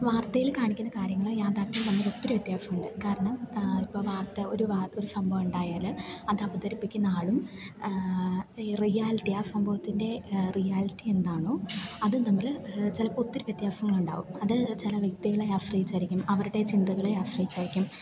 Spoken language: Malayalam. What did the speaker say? വാർത്തയിൽ കാണിക്കുന്ന കാര്യങ്ങൾ യാഥാര്ത്ഥ്യവും തമ്മിലൊത്തിരി വ്യത്യാസം ഉണ്ട് കാരണം ഇപ്പം വാര്ത്ത ഒരു വാക്ക് ഒരു സംഭവം ഉണ്ടായാൽ അത് അവതരിപ്പിക്കുന്ന ആളും ഈ റിയാലിറ്റി ആ സംഭവത്തിൻ്റെ റിയാലിറ്റി എന്താണോ അത് നമ്മൾ ചിലപ്പോൾ ഒത്തിരി വ്യത്യാസങ്ങളുണ്ടാകും അത് ചില വ്യക്തികളെ ആശ്രയിച്ചായിരിക്കും അവരുടെ ചിന്തകളെ ആശ്രയിച്ചായിരിക്കും